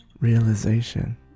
realization